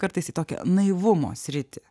kartais į tokią naivumo sritį